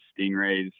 stingrays